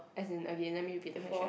as in okay let me repeat the question